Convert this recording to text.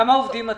כמה עובדים אתם?